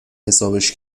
حسابش